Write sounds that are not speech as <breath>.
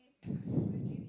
<breath>